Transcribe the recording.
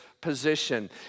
position